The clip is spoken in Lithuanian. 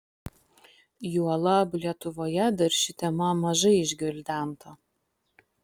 juolab lietuvoje dar ši tema mažai išgvildenta